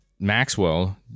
Maxwell